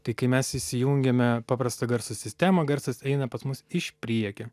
tai kai mes įsijungiame paprastą garso sistemą garsas eina pas mus iš priekio